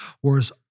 Whereas